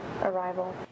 arrival